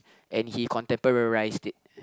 and he contemporize it